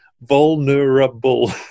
vulnerable